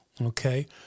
Okay